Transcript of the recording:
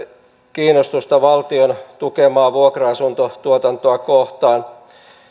kiinnostusta valtion tukemaa vuokra asuntotuotantoa kohtaan